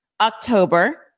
October